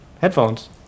headphones